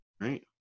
Right